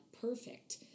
perfect